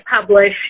published